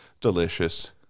delicious